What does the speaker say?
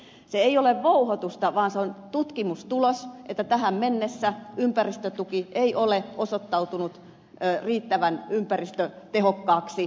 se ei ole vouhotusta vaan se on tutkimustulos että tähän mennessä ympäristötuki ei ole osoittautunut riittävän ympäristötehokkaaksi